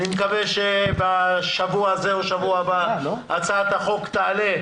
אני מקווה שבשבוע זה או בשבוע הבא הצעת החוק תעלה.